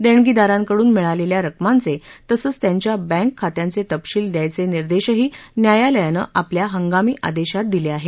देणगीदारांकडून मिळालेल्या रकमांचे तसंच त्यांच्या बँक खात्यांचे तपशील दयायचे निर्देशही न्यायालयानं आपल्या हंगामी आदेशात दिले आहेत